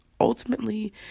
ultimately